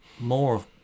more